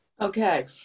Okay